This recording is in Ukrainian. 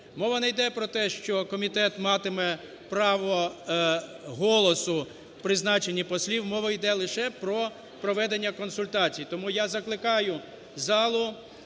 мова не йде про те, що комітет матиме право голосу в призначенні послів, мова іде лише про проведення консультацій. Тому я закликаю залу